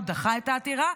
הוא דחה את העתירה,